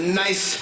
nice